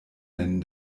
nennen